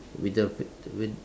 with the feet when